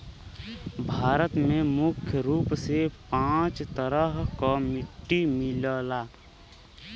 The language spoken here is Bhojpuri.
भारत में मुख्य रूप से पांच तरह क मट्टी मिलला